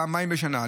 פעמיים בשנה.